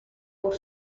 por